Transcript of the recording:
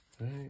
right